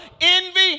envy